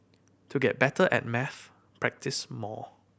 to get better at maths practise more